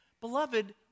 Beloved